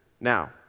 Now